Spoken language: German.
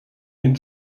den